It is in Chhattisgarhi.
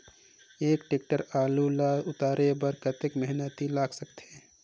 एक टेक्टर आलू ल उतारे बर कतेक मेहनती लाग सकथे?